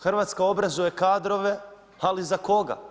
Hrvatska obrazuje kadrove, ali za koga?